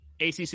ACC